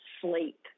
sleep